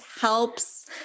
helps